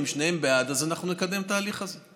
אם שניהם בעד, אז אנחנו נקדם את ההליך הזה.